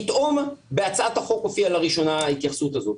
פתאום בהצעת החוק הופיעה לראשונה ההתייחסות הזאת.